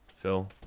Phil